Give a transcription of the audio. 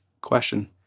question